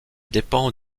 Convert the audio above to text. dépend